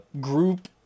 group